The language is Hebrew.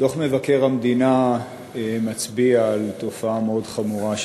דוח מבקר המדינה מצביע על תופעה חמורה מאוד,